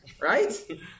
Right